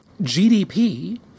GDP